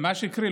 מה שקרי?